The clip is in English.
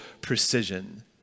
precision